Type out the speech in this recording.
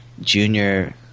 Junior